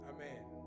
Amen